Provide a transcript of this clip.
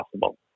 possible